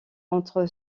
entre